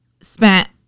spent